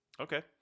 Okay